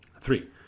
Three